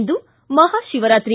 ಇಂದು Maha Shivaratri